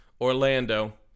Orlando